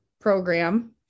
program